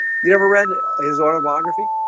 you never read his autobiography.